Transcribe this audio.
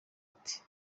ati